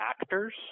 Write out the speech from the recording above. actors